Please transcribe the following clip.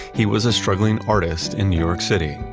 he was a struggling artist in new york city.